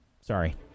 Sorry